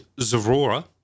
Zorora